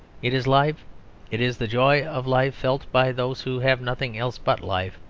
it is life it is the joy of life felt by those who have nothing else but life.